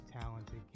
talented